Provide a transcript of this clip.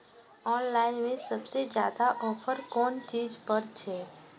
Online में सबसे ज्यादा ऑफर कोन चीज पर छे?